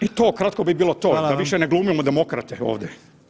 I to kratko bi bilo to, da [[Upadica: Hvala vam.]] više ne glumimo demokrate ovdje.